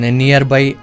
nearby